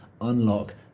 unlock